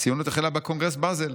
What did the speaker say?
הציונות החלה בקונגרס בזל,